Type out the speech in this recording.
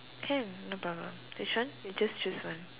can no problem which one you just choose one